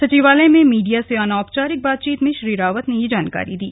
सचिवालय में मीडिया से अनौपचारिक बातचीत में श्री रावत ने यह जानकारी दी